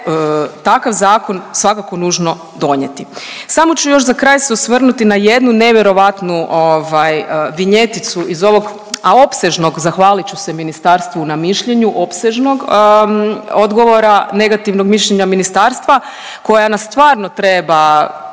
takav zakon svakako nužno donijeti. Samo ću još za kraj se osvrnuti na jednu nevjerojatnu ovaj vinjeticu iz ovog, a opsežnog zahvalit ću se ministarstvu na mišljenju, opsežnog odgovora, negativnog mišljenja ministarstva koja nas stvarno treba